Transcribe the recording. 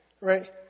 Right